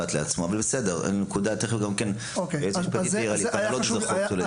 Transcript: נקודה חשובה מאוד.